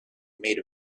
made